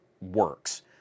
works